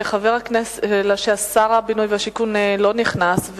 אלא ששר הבינוי והשיכון לא נכנס,